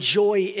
joy